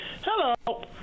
Hello